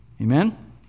Amen